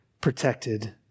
protected